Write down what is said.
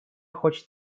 хочет